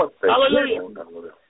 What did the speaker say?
Hallelujah